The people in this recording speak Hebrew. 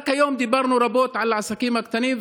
רק היום דיברנו רבות על העסקים הקטנים,